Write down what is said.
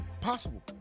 possible